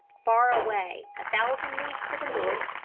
far away a thousand leagues to the north,